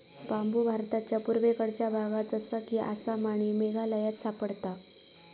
बांबु भारताच्या पुर्वेकडच्या भागात जसा कि आसाम आणि मेघालयात सापडता